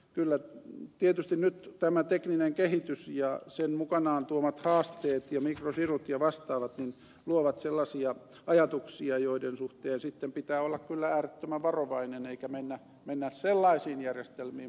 kyllä tietysti nyt tämä tekninen kehitys ja sen mukanaan tuomat haasteet ja mikrosirut ja vastaavat luovat sellaisia ajatuksia joiden suhteen pitää olla kyllä äärettömän varovainen eikä mennä sellaisiin järjestelmiin